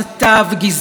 חס וחלילה.